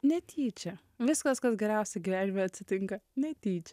netyčia viskas kas geriausia gyvenime atsitinka netyčia